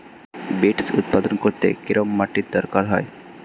Beets উৎপাদন করতে কেরম মাটির দরকার হয়?